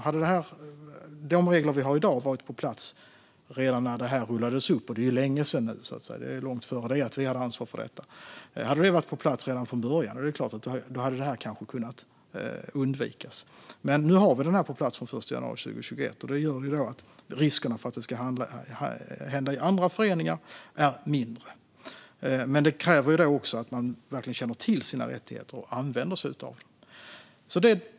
Hade de regler vi har i dag funnits på plats när detta rullades upp, vilket är länge sedan, långt innan vi hade ansvar för detta, hade detta kanske kunnat undvikas. Men nu har vi det på plats sedan den 1 januari, och det gör risken för att detta ska hända i andra föreningar mindre. Det kräver dock att man känner till sina rättigheter och använder sig av dem.